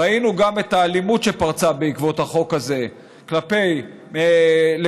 ראינו גם את האלימות שפרצה בעקבות החוק הזה כלפי מיעוטים.